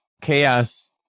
chaos